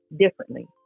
differently